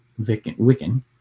Wiccan